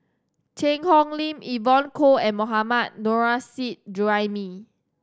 Cheang Hong Lim Evon Kow and Mohammad Nurrasyid Juraimi